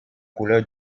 couleur